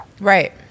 Right